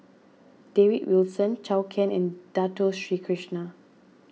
David Wilson Zhou Can and Dato Sri Krishna